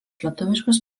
lietuviškos